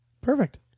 Perfect